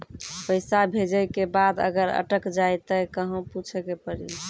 पैसा भेजै के बाद अगर अटक जाए ता कहां पूछे के पड़ी?